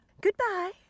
Goodbye